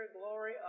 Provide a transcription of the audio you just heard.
Glory